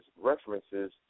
references